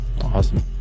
Awesome